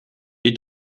est